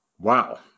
Wow